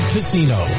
Casino